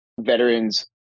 veterans